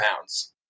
pounds